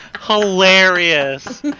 hilarious